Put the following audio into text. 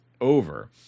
over